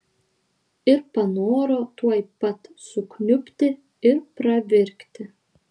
ir panoro tuoj pat sukniubti ir pravirkti